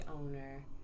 owner